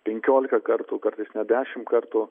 penkioliką kartų kartais net dešimt kartų